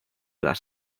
las